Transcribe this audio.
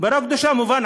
פרה קדושה, הבנו.